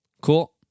Cool